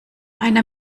einer